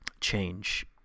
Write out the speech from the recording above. change